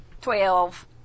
Twelve